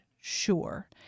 sure